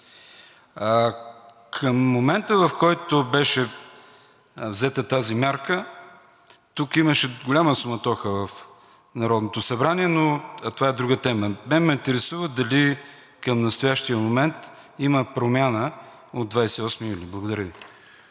Към момента, в който беше взета тази мярка, тук имаше голяма суматоха в Народното събрание, но това е друга тема. Интересува ме дали към настоящия момент има промяна от 28 юни. Благодаря Ви.